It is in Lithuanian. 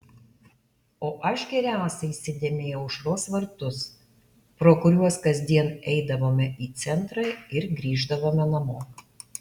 o aš geriausiai įsidėmėjau aušros vartus pro kuriuos kasdien eidavome į centrą ir grįždavome namo